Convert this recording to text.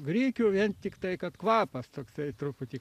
grikių vien tiktai kad kvapas toksai truputį